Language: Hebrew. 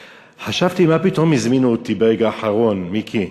חשבתי, מה פתאום הזמינו אותי ברגע האחרון, מיקי,